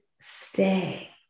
stay